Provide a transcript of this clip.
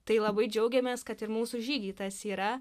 tai labai džiaugiamės kad ir mūsų žygy tas yra